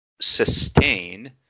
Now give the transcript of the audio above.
sustain